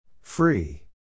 Free